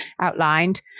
outlined